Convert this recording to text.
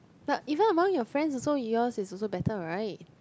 but even among your friends also yours is also better right